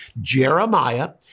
Jeremiah